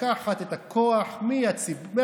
לקחת את הכוח מהציבור,